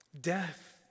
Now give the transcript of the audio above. Death